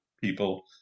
people